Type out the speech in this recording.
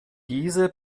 diese